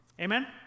Amen